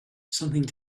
something